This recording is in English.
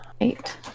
Eight